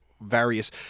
various